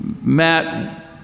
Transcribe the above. Matt